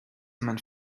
meinen